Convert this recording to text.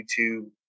YouTube